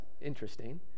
interesting